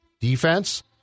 defense